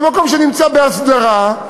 מקום שנמצא בהסדרה,